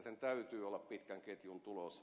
sen täytyy olla pitkän ketjun tulos